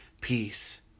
peace